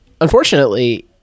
unfortunately